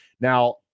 now